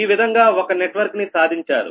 ఈ విధంగా ఒక నెట్వర్క్ ని సాధించారు